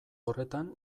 horretan